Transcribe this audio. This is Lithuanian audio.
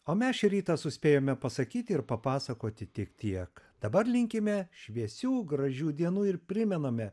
o mes šį rytą suspėjome pasakyti ir papasakoti tik tiek dabar linkime šviesių gražių dienų ir primename